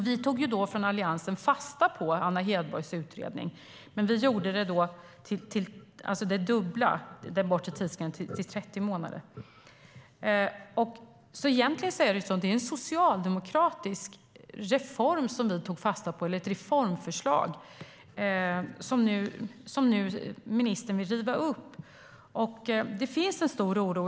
Vi från Alliansen tog fasta på Anna Hedborgs utredning, men vi satte den bortre tidsgränsen till 30 månader. Egentligen tog Alliansen fasta på ett socialdemokratiskt reformförslag, som nu ministern vill riva upp.